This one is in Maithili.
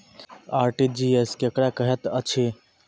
आर.टी.जी.एस केकरा कहैत अछि?